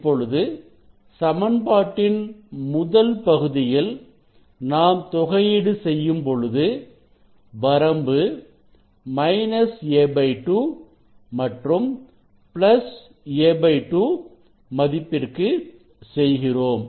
இப்பொழுது சமன்பாட்டின் முதல் பகுதியில் நாம் தொகையீடு செய்யும்பொழுது வரம்பு a2 மற்றும் a2 மதிப்பிற்கு செய்கிறோம்